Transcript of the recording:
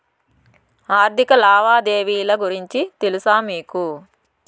ఆర్థిక లావాదేవీల గురించి తెలుసా మీకు